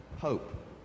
hope